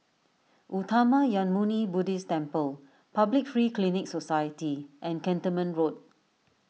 Uttamayanmuni Buddhist Temple Public Free Clinic Society and Cantonment Road